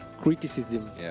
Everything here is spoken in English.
criticism